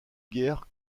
guerre